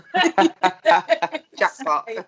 Jackpot